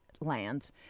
lands